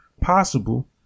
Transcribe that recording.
possible